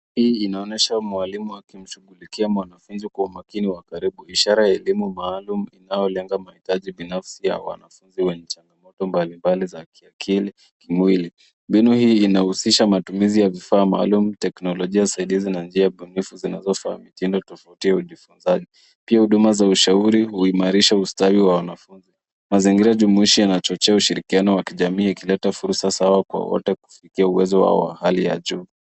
Hii inaonesha mwalimu akimshughulikia mwanafunzi kwa umakini wa karibu. Ishara ya elimu maalum inayolenga mahitaji binafsi ya wanafunzi wenye changamoto mbalimbali za kiakili kimwili. Mbinu hii inahusisha matumizi ya vifaa maalum, teknolojia saidizi na njia bunifu zinazofaa mitindo tofauti ya ujifunzaji. Pia huduma za ushauri huimarisha ustawi wa wanafunzi. Mazingira jumuishi yanachochea ushirikiano wa kijamii yakileta fursa sawa kwa wote kufikia uwezo wao wa hali ya juu.